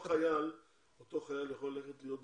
אותו חייל יכול ללכת להיות בצנחנים.